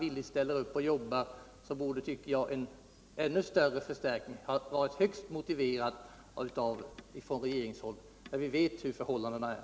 villigt ställer upp, tycker jag att en ännu större förstärkning hade varit högst motiverad från regeringshåll när vi vet hurudana förhållandena är.